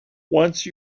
once